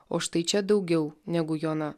o štai čia daugiau negu jona